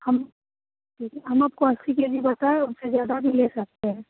हम देखिये हम आपको अस्सी के जी बताये ना उससे ज़्यादा भी ले सकते हैं